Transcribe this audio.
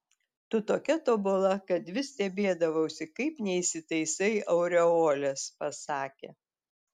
tu tokia tobula kad vis stebėdavausi kaip neįsitaisai aureolės pasakė